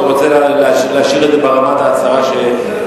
או שאתה רוצה להשאיר את זה ברמת ההצהרה שהעברת?